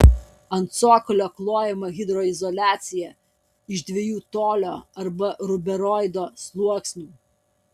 ant cokolio klojama hidroizoliacija iš dviejų tolio arba ruberoido sluoksnių